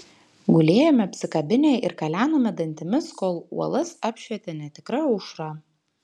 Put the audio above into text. gulėjome apsikabinę ir kalenome dantimis kol uolas apšvietė netikra aušra